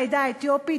לעדה האתיופית?